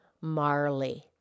Marley